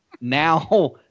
Now